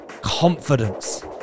confidence